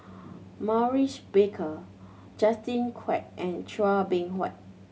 Maurice Baker Justin Quek and Chua Beng Huat